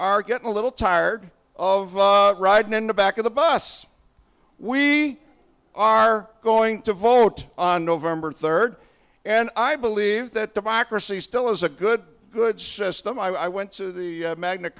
are getting a little tired of riding in the back of the bus we are going to vote on november third and i believe that democracy still is a good good system i went to the magn